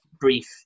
brief